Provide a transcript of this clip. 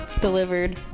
delivered